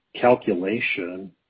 calculation